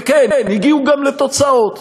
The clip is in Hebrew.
וכן, הגיעו גם לתוצאות,